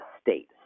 state